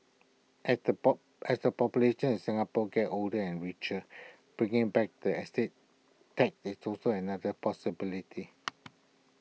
as the as the population in Singapore gets older and richer bringing back the estate tax is also another possibility